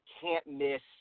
can't-miss